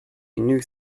new